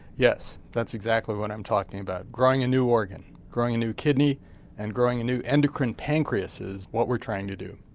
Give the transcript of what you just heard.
yes, that's exactly what i'm talking about growing a new organ, growing a new kidney and growing a new endocrine pancreas is what we're trying to do.